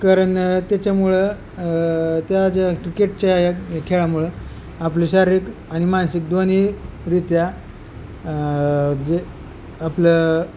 कारण त्याच्यामुळं त्या ज्या क्रिकेटच्या खेळामुळं आपले शारीरिक आणि मानसिक दोन्हीरित्या जे आपलं